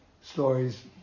stories